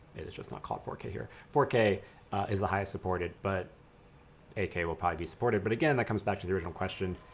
is just not called four k here. four k is the highest supported but eight k will probably be supported. but again, that comes back to the original question,